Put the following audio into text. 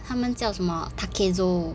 他们叫什么 takezo